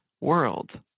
world